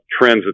trends